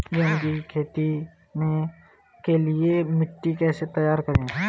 गेहूँ की खेती के लिए मिट्टी कैसे तैयार करें?